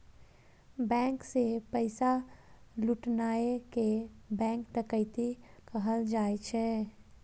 bank सं पैसा लुटनाय कें बैंक डकैती कहल जाइ छै